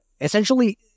essentially